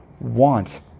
want